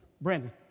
Brandon